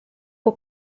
può